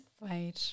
Wait